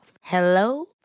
Hello